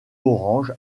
orange